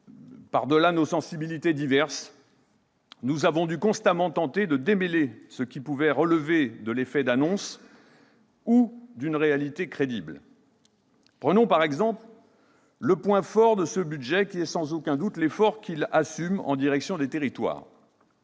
par-delà nos sensibilités diverses, nous avons dû constamment tenter de démêler ce qui pouvait relever de l'effet d'annonce ou d'une réalité crédible. Prenons par exemple le point fort de ce budget, qui est sans aucun doute l'effort qu'il assume en direction des territoires.